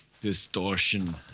distortion